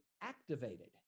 activated